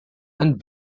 and